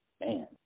Man